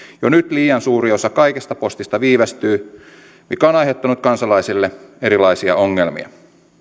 jo nyt liian suuri osa kaikesta postista viivästyy mikä on aiheuttanut kansalaisille erilaisia ongelmia